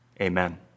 Amen